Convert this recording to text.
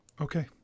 Okay